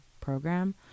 program